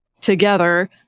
together